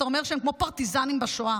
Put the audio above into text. ואתה אומר שהם כמו פרטיזנים בשואה,